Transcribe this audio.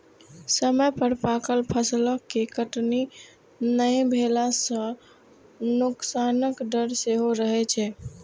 समय पर पाकल फसलक कटनी नहि भेला सं नोकसानक डर सेहो रहै छै